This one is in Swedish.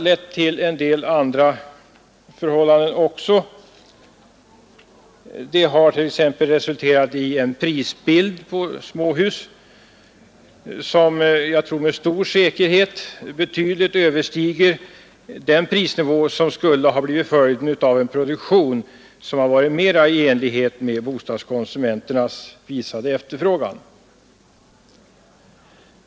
Detta har också resulterat i att priserna på småhus betydligt överstiger den prisnivå som skulle blivit följden vid en produktion som varit mera i enlighet med bostadskonsumenternas visade efterfrågan.